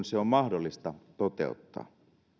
se on mahdollista toteuttaa